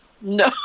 No